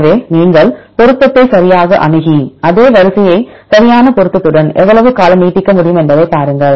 எனவே நீங்கள் பொருத்தத்தை சரியாக அணுகி அதே வரிசையை சரியான பொருத்தத்துடன் எவ்வளவு காலம் நீட்டிக்க முடியும் என்பதைப் பாருங்கள்